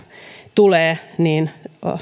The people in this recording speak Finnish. tulee